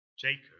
Jacob